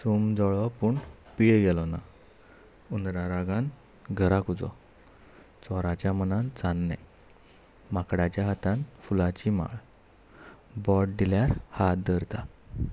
सूम जळो पूण पीळ गेलो ना हुंदर रागान घराक उजो चोराच्या मनान चान्ने माकडाच्या हातान फुलांची माळ बोट दिल्यार हात धरता